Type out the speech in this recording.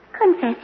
Confess